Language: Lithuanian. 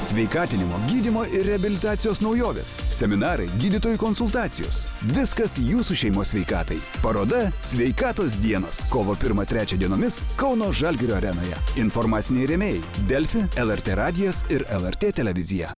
sveikatinimo gydymo ir reabilitacijos naujovės seminarai gydytojų konsultacijos viskas jūsų šeimos sveikatai paroda sveikatos dienos kovo pirmą trečią dienomis kauno žalgirio arenoje informaciniai rėmėjai delfi lrt radijas ir lrt televizija